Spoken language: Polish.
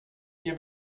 nie